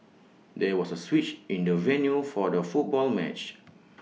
there was A switch in the venue for the football match